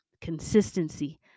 consistency